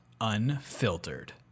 Unfiltered